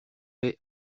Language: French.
paie